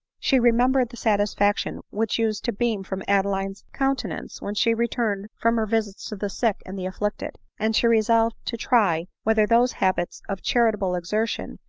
she remembered the satisfaction which used to beam from adeline's counte nance when she returned from her visits to the sick and the afflicted and she resolved to try whether those hab its of charitable exertion,